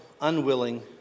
unwilling